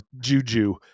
juju